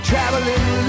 Traveling